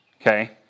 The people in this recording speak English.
Okay